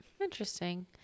Interesting